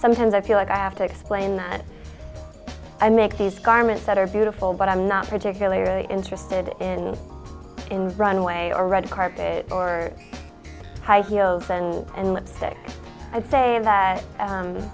sometimes i feel like i have to explain that i make these garments that are beautiful but i'm not particularly interested in runway or red carpet or high heels and lipstick i say that